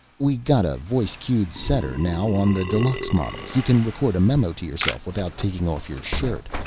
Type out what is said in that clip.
we got a voice-cued setter now on the deluxe models. you can record a memo to yourself without taking off your shirt.